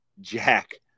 Jack